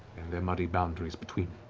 and their muddy boundaries between.